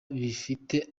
bifite